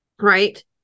right